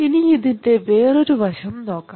ഇനി ഇതിൻറെ വേറൊരു വശം നോക്കാം